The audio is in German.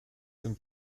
zum